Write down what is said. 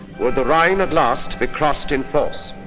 would the rhine at last be crossed in force.